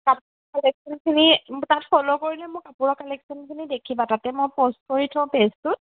কাপোৰ কালেকশচনখিনি তাত ফ'ল' কৰিলে মোৰ কাপোৰৰ কালেকশনখিনি দেখিবা তাতে মই প'ষ্ট কৰি থওঁ পেজটোত